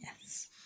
Yes